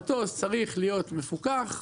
מטוס צריך להיות מפוקח,